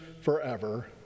forever